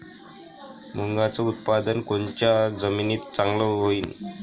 मुंगाचं उत्पादन कोनच्या जमीनीत चांगलं होईन?